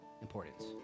importance